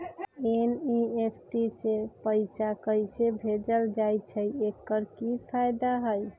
NEFT से पैसा कैसे भेजल जाइछइ? एकर की फायदा हई?